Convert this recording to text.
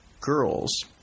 Girls